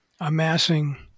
amassing